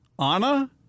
Anna